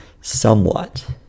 somewhat